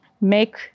make